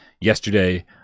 Yesterday